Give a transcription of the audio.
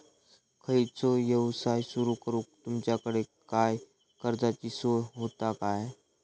खयचो यवसाय सुरू करूक तुमच्याकडे काय कर्जाची सोय होता काय?